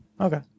Okay